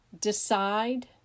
Decide